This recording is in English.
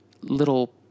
little